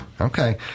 Okay